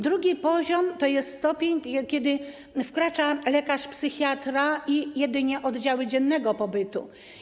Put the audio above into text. Drugi poziom to jest stopień, kiedy wkracza lekarz psychiatra, jedynie oddziały dziennego pobytu.